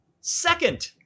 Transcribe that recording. second